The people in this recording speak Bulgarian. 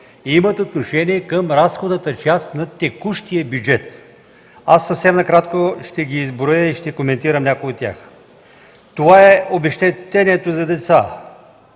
имат отношение към разходната част на текущия бюджет. Накратко ще ги изброя и ще коментирам някои от тях. Това е обезщетението за деца,